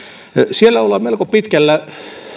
siellä ollaan melko pitkällä